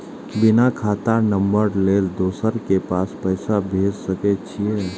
बिना खाता नंबर लेल दोसर के पास पैसा भेज सके छीए?